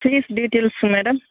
fees details madam